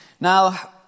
Now